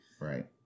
Right